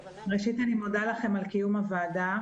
ראשית, אני מודה לכם על קיום הדיון.